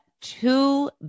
two